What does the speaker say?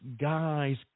guys